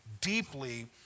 deeply